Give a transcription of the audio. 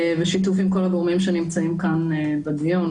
בשיתוף עם כל הגורמים שנמצאים כאן בדיון,